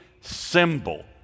symbol